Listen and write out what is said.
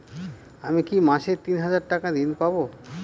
আমি কি মাসে তিন হাজার টাকার ঋণ পাবো?